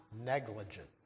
negligent